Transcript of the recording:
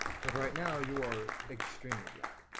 but right now you are extremely drunk.